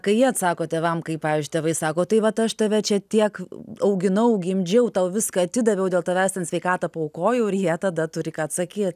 kai jie atsako tėvam kai pavyzdžiui tėvai sako tai vat aš tave čia tiek auginau gimdžiau tau viską atidaviau dėl tavęs ten sveikatą paaukojau ir jie tada turi ką atsakyt